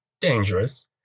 dangerous